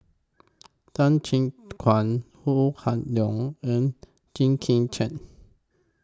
Tan Chin Tuan Ho Kah Leong and Jit Koon Ch'ng